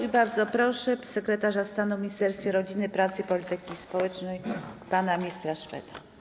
I bardzo proszę sekretarza stanu w Ministerstwie Rodziny, Pracy i Polityki Społecznej pana ministra Szweda.